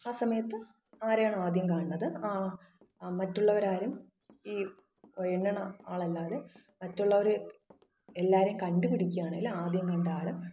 ആ സമയത്ത് ആരെയാണോ ആദ്യം കാണുന്നത് ആ ആ മറ്റുള്ളവരാരും ഈ എണ്ണുന്ന ആളല്ലാതെ മറ്റുള്ളവർ എലാവരേയും കണ്ടുപിടിക്കുകയാണെങ്കിൽ ആദ്യം കണ്ട ആൾ